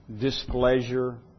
displeasure